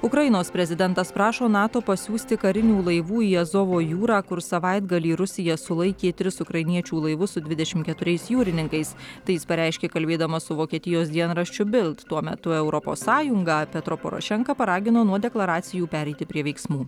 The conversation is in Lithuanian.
ukrainos prezidentas prašo nato pasiųsti karinių laivų į azovo jūrą kur savaitgalį rusija sulaikė tris ukrainiečių laivus su dvidešimt keturiais jūrininkais tai jis pareiškė kalbėdamas su vokietijos dienraščiu bild tuo metu europos sąjungą petro porošenką paragino nuo deklaracijų pereiti prie veiksmų